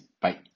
Bye